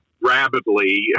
rapidly